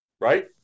Right